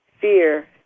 fear